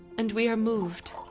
and we are moved.